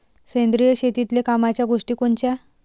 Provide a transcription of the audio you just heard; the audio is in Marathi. सेंद्रिय शेतीतले कामाच्या गोष्टी कोनच्या?